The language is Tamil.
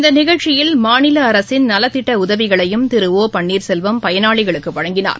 இந்த நிகழ்ச்சியில் மாநில அரசின் நலத்திட்ட உதவிகளையும் திரு ஒ பன்னீர்செல்வம் பயனாளிகளுக்கு வழங்கினார்